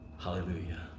Hallelujah